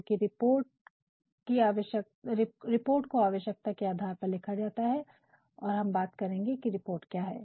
क्योंकि रिपोर्ट को आवश्यकता के आधार पर लिखा जाता है और हम बात करेंगे की रिपोर्ट क्या है